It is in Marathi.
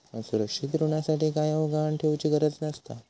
असुरक्षित ऋणासाठी कायव गहाण ठेउचि गरज नसता